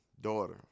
daughter